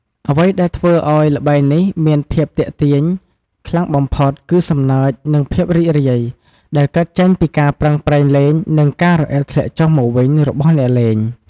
អ្វីដែលធ្វើឱ្យល្បែងនេះមានភាពទាក់ទាញខ្លាំងបំផុត គឺ សំណើច និងភាពរីករាយ ដែលកើតចេញពីការប្រឹងប្រែងលេង និងការរអិលធ្លាក់ចុះមកវិញរបស់អ្នកលេង។